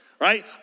right